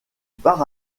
part